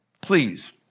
please